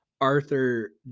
arthur